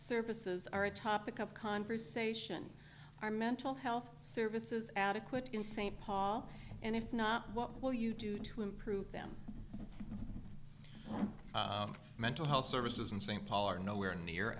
services are a topic of conversation are mental health services adequate in st paul and if not what will you do to improve them mental health services in st paul are nowhere near